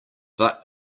but